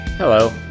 Hello